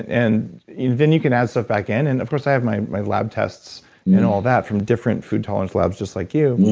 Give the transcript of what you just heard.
and then you can add stuff back in. and of course, i have my my lab tests and all that from different food tolerance labs, just like you,